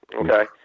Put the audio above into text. okay